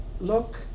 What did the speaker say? look